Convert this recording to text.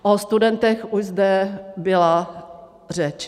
O studentech už zde byla řeč.